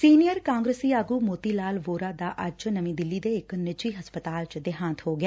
senior ਕਾਂਗਰਸੀ ਆਗੁ ਮੋਤੀ ਲਾਲ ਵੋਰਾ ਦਾ ਅੱਜ ਨਵੀਂ ਦਿੱਲੀ ਚ ਇਕ ਨਿੱਜੀ ਹਸਪਤਾਲ ਚ ਦੇਹਾਂਤ ਹੋ ਗਿਆ